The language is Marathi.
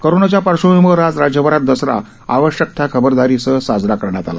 कोरोनाच्या पार्श्वभूमीवर आज राज्यभरात दसरा आवश्यक त्या खबरदारीसह साजरा करण्यात आला